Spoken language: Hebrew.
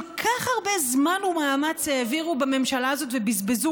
כל כך הרבה זמן ומאמץ העבירו בממשלה הזאת ובזבזו